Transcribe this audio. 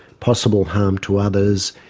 possible harm to others,